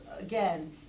again